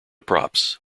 props